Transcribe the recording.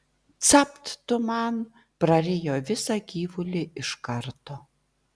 capt tu man prarijo visą gyvulį iš karto